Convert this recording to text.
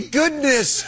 goodness